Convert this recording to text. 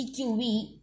CQV